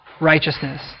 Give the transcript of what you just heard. righteousness